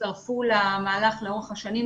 הצטרפו למהלך לאורך השנים,